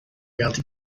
reality